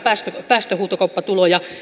päästöhuutokauppatuloja